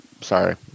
Sorry